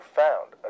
found